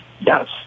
Yes